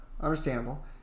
Understandable